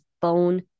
bone